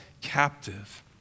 captive